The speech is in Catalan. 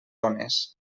ones